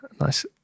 nice